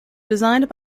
designed